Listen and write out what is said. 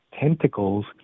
tentacles